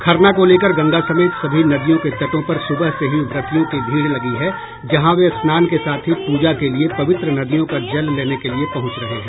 खरना को लेकर गंगा समेत सभी नदियों के तटों पर सुबह से ही व्रतियों की भीड़ लगी है जहां वे स्नान के साथ ही पूजा के लिए पवित्र नदियों का जल लेने के लिए पहुंच रहे हैं